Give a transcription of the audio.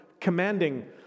commanding